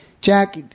Jack